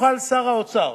יוכל שר האוצר,